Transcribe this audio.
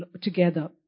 together